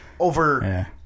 over